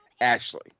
Ashley